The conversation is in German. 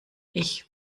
ich